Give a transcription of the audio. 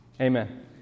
Amen